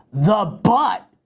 the but,